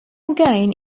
again